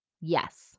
yes